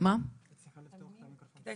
כי באמת